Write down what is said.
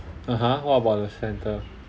(uh huh) what about the centre